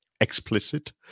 explicit